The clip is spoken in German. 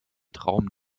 traum